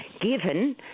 given